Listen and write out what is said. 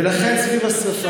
ולכן סביב השרפה,